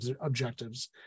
objectives